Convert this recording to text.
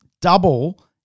double